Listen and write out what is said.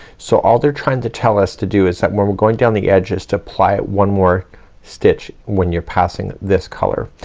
so all they're trying to tell us to do is that when we're going down the edges to apply one more stitch when you're passing this color.